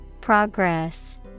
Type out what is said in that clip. Progress